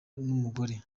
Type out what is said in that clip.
n’umugore